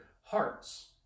hearts